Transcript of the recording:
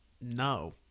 No